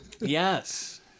Yes